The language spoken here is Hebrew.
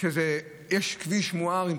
כשיש כביש מואר היום,